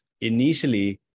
Initially